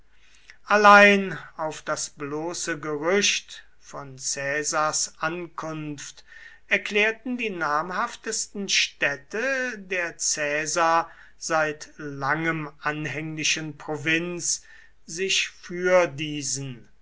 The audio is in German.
allein auf das bloße gerücht von caesars ankunft erklärten die namhaftesten städte der caesar seit langem anhänglichen provinz sich für diesen